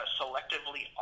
selectively